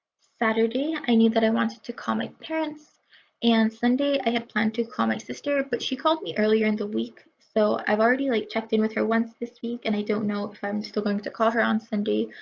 saturday i knew that i wanted to call my parents and sunday i had planned to call my sister but she called me earlier in the week so i've already like checked in with her once this week and i don't know if i'm going to like to call her on sunday.